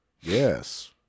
yes